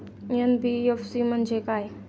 NBFC म्हणजे काय?